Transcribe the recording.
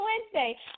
Wednesday